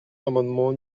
l’amendement